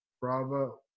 Bravo